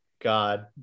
god